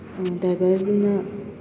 ꯗ꯭ꯔꯥꯏꯚꯔꯗꯨꯅ